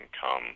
come